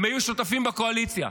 הם היו שותפים בקואליציה,